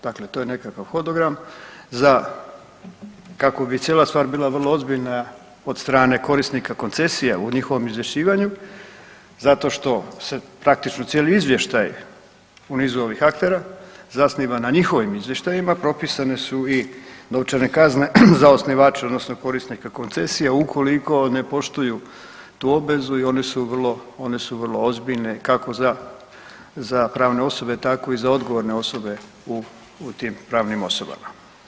Dakle, to je nekakav hodogram za kako bi cijela stvar bila vrlo ozbiljna od strane korisnika koncesija u njihovom izvješćivanju zato što se praktično cijeli izvještaj u nizu ovih aktera zasniva na njihovim izvještajima, propisane su i novčane kazne za osnivače odnosno korisnika koncesija ukoliko ne poštuju tu obvezu i one su vrlo, one su vrlo ozbiljne kako za, za pravne osobe, tako i za odgovorne osobe u, u tim pravnim osobama.